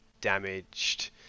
damaged